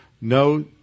No